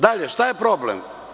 Dalje, šta je problem.